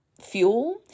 fuel